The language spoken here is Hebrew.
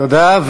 תודה.